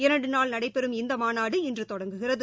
இரண்டு நாள் நடைபெறும் இந்த மாநாடு இன்று தொட்ங்குகிறது